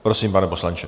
Prosím, pane poslanče.